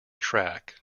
track